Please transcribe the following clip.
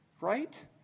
Right